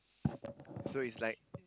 so is like